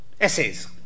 essays